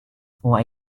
for